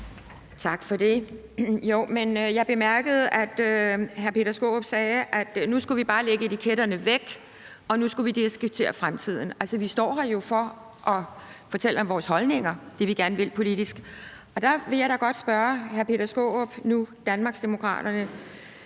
Tak for det. Jeg bemærkede, at hr. Peter Skaarup sagde, at nu skulle vi bare lægge etiketterne væk, og nu skulle vi diskutere fremtiden. Altså, vi står her jo for at fortælle om vores holdninger, altså det, vi gerne vil politisk, og der vil jeg da godt stille et spørgsmål til hr. Peter Skaarup, nu Danmarksdemokraterne,